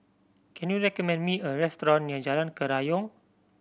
can you recommend me a restaurant near Jalan Kerayong